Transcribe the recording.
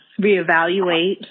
reevaluate